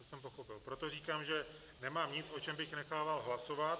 To jsem pochopil, proto říkám, že nemám nic, o čem bych nechával hlasovat.